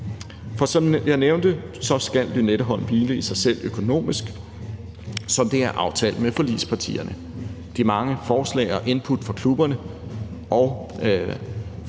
Som jeg nævnte, skal Lynetteholm hvile i sig selv økonomisk, som det er aftalt med forligspartierne. De mange forslag og input fra klubberne og fra